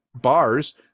bars